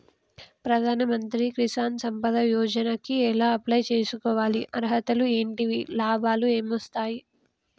ప్రధాన మంత్రి కిసాన్ సంపద యోజన కి ఎలా అప్లయ్ చేసుకోవాలి? అర్హతలు ఏంటివి? లాభాలు ఏమొస్తాయి?